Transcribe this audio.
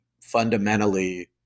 fundamentally